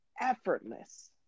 effortless